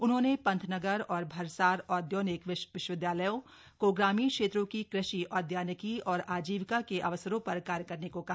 उन्होंने पंतनगर और भरसार औदयानिकी विश्वविदयालयों को ग्रामीण क्षेत्रों की कृषि औदयानिकी और आजीविका के अवसरों पर कार्य करने को कहा